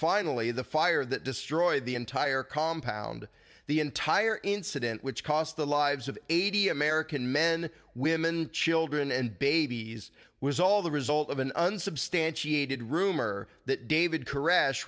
finally the fire that destroyed the entire compound the entire incident which cost the lives of eighty american men women children and babies was all the result of an unsubstantiated rumor that david koresh